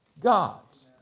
gods